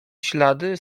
ślady